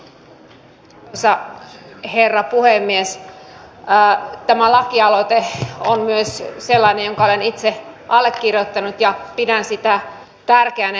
tämä lakialoite on sellainen että olen sen myös itse allekirjoittanut ja pidän sitä tärkeänä